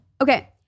Okay